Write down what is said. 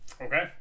Okay